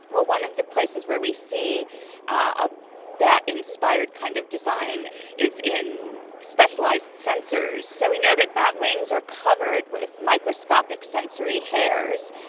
well, one of the places where we see a bat inspired kind of design is in specialised sensors. so we know that bat wings are covered with microscopic sensory hairs.